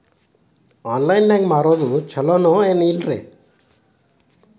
Online ನಾಗ್ ಮಾರೋದು ಛಲೋ ಏನ್ ಇಲ್ಲ?